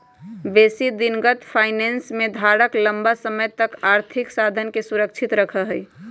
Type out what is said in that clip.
बेशी दिनगत फाइनेंस में धारक लम्मा समय तक आर्थिक साधनके सुरक्षित रखइ छइ